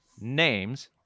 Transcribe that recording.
names